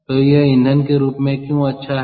तो यह ईंधन के रूप में क्यों अच्छा है